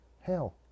hell